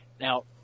Now